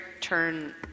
turn